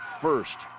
first